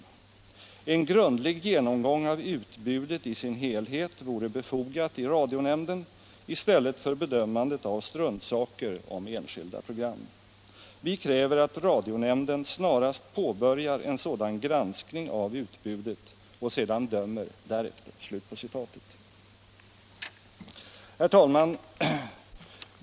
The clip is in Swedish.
En grundlig genomgång av utbudet i sin helhet vore befogat i radionämnden, istället för bedömandet av struntsaker om enskilda program. Vi kräver att radionämnden snarast påbörjar en sådan granskning av utbudet och sedan dömer därefter!” Herr talman!